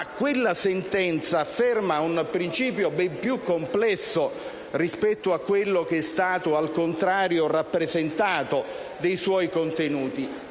no. Quella sentenza afferma un principio ben più complesso rispetto a quello che è stato, al contrario, rappresentato dei suoi contenuti.